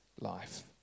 life